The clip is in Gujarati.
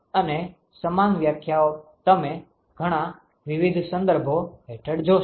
અને સમાન વ્યાખ્યાઓ તમે ઘણા વિવિધ સંદર્ભો હેઠળ જોશો